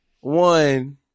one